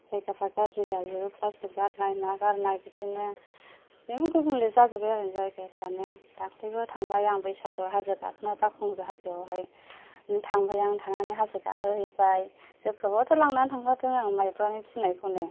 जायगाफ्रा गाज्रि जायो प्लास्टिक गारनाय मा गारनाय बिदिनो बिदिनो गुबुंले जाजोबो आरो जायगाफ्रानो दाख्लैबो थांबाय आं बैसागुआव हाजो गाखोना बाउखुंग्रि हाजोआवहाय थांबाय आं थांनानै हाजो गाखोहैबाय जौखौबोथ' लानानै थांखादों आं माइब्रानि फिनायखौनो